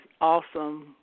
awesome